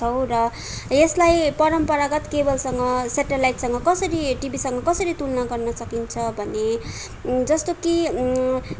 यसलाई परम्परागत केबलसँग सेटेलाइटसँग कसरी टिभीसँग कसरी तुलना गर्न सकिन्छ भने जस्तो कि